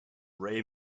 ray